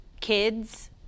kids